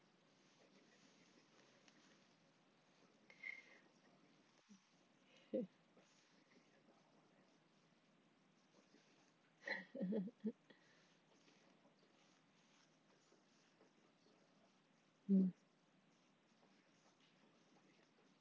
hmm